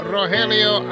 Rogelio